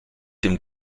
dem